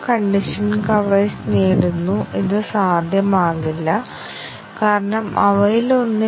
statement coverage നേടുന്നതിന് ഞങ്ങളുടെ പ്രായോഗിക പ്രോഗ്രാമുകളിൽ സാധാരണയായി ഞങ്ങൾ ടെസ്റ്റ് കേസുകൾ രൂപകൽപ്പന ചെയ്യുന്നില്ല